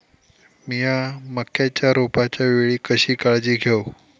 मीया मक्याच्या रोपाच्या वेळी कशी काळजी घेव?